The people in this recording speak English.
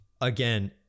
again